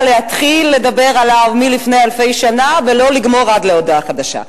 להתחיל לדבר עליו לפני אלפי שנה ולא לגמור עד להודעה חדשה.